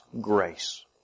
grace